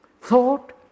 thought